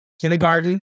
kindergarten